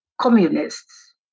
communists